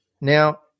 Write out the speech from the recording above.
Now